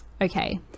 okay